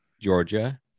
Georgia